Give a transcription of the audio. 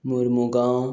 Mormugao